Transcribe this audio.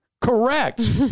Correct